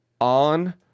On